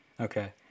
Okay